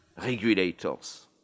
regulators